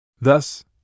Thus